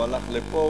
אז הוא הלך לפה,